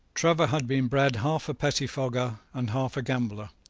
trevor had been bred half a pettifogger and half a gambler,